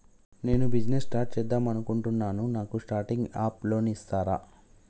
నేను business start చేద్దామనుకుంటున్నాను నాకు స్టార్టింగ్ అప్ లోన్ ఇస్తారా?